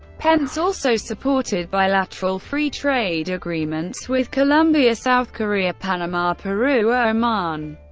pence also supported bilateral free-trade agreements with colombia, south korea, panama, peru, oman,